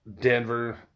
Denver